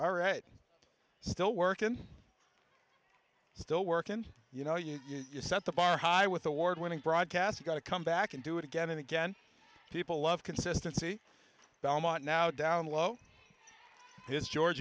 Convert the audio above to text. it still workin still workin you know you set the bar high with award winning broadcast you gotta come back and do it again and again people love consistency belmont now down low this giorg